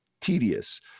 tedious